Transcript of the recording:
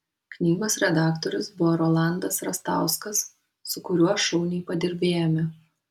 knygos redaktorius buvo rolandas rastauskas su kuriuo šauniai padirbėjome